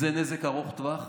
זה נזק ארוך טווח.